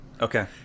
Okay